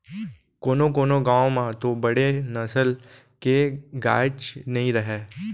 कोनों कोनों गॉँव म तो बड़े नसल के गायेच नइ रहय